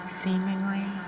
seemingly